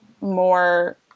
more